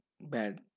bad